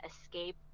escape